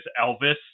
Elvis